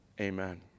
Amen